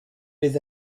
les